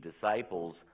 disciples